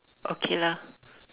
okay lah